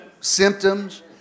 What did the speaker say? symptoms